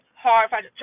hard